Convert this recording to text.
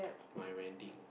my wedding